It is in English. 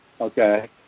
Okay